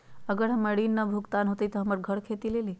अगर हमर ऋण न भुगतान हुई त हमर घर खेती लेली?